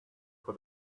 for